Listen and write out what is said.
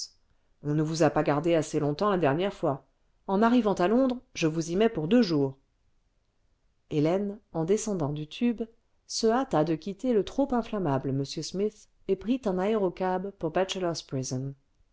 on ne vous a pas gardée assez longtemps la dernière fois en arrivant à londres je vous y mets pour deux jours hélène en descendant du tube se hâta de quitter le trop inflammable m smith et prit un aérocab pour bachelor's prison